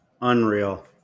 Unreal